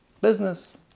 business